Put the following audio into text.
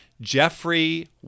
Jeffrey